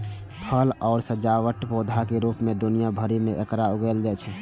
फल आ सजावटी पौधाक रूप मे दुनिया भरि मे एकरा उगायल जाइ छै